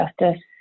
justice